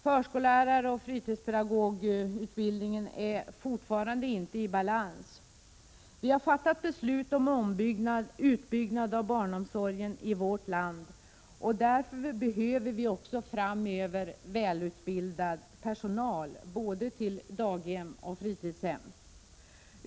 Förskolläraroch fritidspedagogutbildningen är fortfarande inte i balans. Vi har fattat beslut om utbyggnad av barnomsorgen i vårt land, och därför behöver vi också framöver välutbildad personal till både daghem och fritidshem.